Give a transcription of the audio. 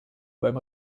beim